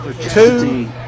two